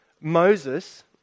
Moses